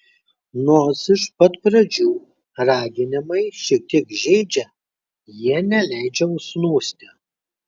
nors iš pat pradžių raginimai šiek tiek žeidžia jie neleidžia užsnūsti